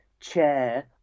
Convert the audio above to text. chair